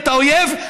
אתה אויב.